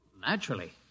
Naturally